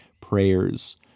prayers